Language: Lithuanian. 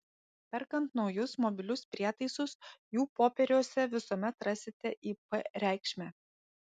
perkant naujus mobilius prietaisus jų popieriuose visuomet rasite ip reikšmę